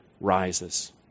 rises